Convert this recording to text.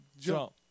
jump